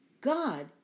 God